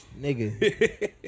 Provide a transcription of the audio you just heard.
Nigga